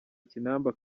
kinamba